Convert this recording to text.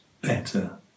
better